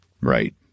Right